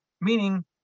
meaning